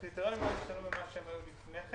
הקריטריונים נשארו מה שהם היו לפני כן